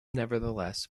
nevertheless